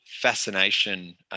fascination